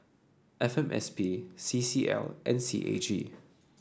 F M S P C C L and C A G